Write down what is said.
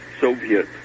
Soviet